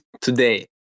today